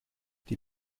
die